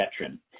veteran